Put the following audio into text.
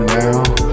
now